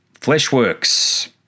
Fleshworks